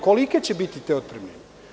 Kolike će biti otpremnine?